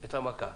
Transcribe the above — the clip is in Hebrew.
את המכה.